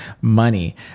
money